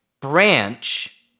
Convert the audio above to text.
branch